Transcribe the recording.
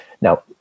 Now